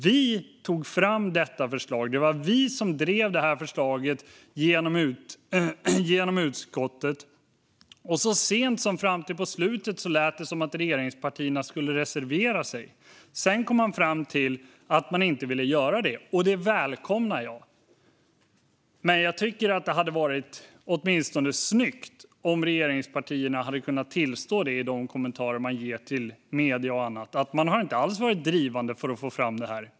Vi tog fram detta förslag och drev det genom utskottet. Ända fram till på slutet lät det som att regeringspartierna skulle reservera sig. Sedan kom man fram till att man inte ville göra det, och det välkomnar jag. Men jag tycker att det åtminstone hade varit snyggt om regeringspartierna hade kunnat tillstå detta i de kommentarer man ger till medierna, till exempel. Man har inte alls varit drivande för att få fram detta.